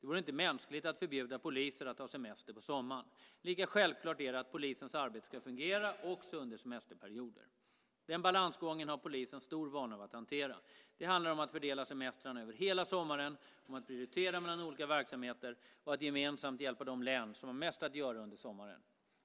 Det vore inte mänskligt att förbjuda poliser att ha semester på sommaren. Lika självklart är det att polisens arbete ska fungera också under semesterperioder. Den balansgången har polisen stor vana att hantera. Det handlar om att fördela semestrarna över hela sommaren, om att prioritera mellan olika verksamheter och att gemensamt hjälpa de län som har mest att göra under sommaren.